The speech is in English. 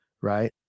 right